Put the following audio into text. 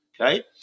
okay